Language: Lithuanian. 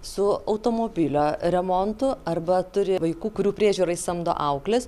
su automobilio remontu arba turi vaikų kurių priežiūrai samdo aukles